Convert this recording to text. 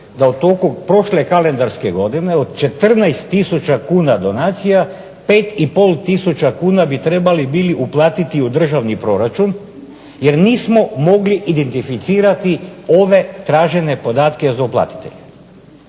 da u toku prošle kalendarske godine od 14 tisuća kuna donacija, 5 i pol tisuća bi trebali bili uplatiti u državni proračun, jer nismo mogli identificirati ove tražene podatke za uplatitelje.